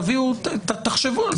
תחשבו על